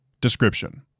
Description